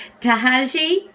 Tahaji